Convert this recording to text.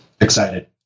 excited